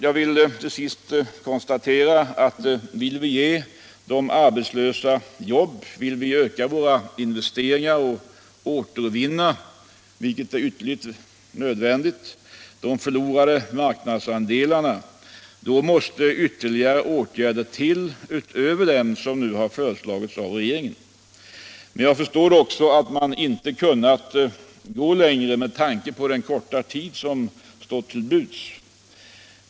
Jag vill till sist konstatera att vi, om vi vill ge de arbetslösa jobb, öka våra investeringar och återvinna — vilket är ytterligt nödvändigt — de förlorade marknadsandelarna, måste vidta ytterligare åtgärder utöver dem som föreslagits av regeringen. Men jag förstår också att man inte kunnat gå längre med tanke på den korta tid som stått till buds.